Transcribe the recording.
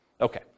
Okay